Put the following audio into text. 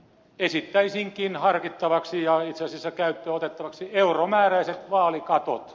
esittäisinkin harkittavaksi ja itse asiassa käyttöön otettavaksi euromääräiset vaalikatot